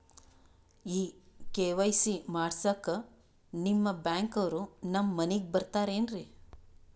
ಈ ಕೆ.ವೈ.ಸಿ ಮಾಡಸಕ್ಕ ನಿಮ ಬ್ಯಾಂಕ ಅವ್ರು ನಮ್ ಮನಿಗ ಬರತಾರೆನ್ರಿ?